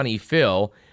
Phil